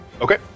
Okay